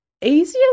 easier